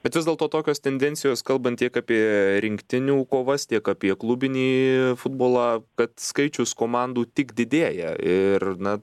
bet vis dėlto tokios tendencijos kalbant tiek apie rinktinių kovas tiek apie klubinį futbolą kad skaičius komandų tik didėja ir na